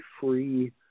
free